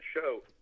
show